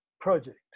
project